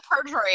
perjury